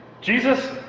Jesus